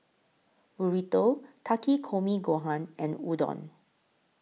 Burrito Takikomi Gohan and Udon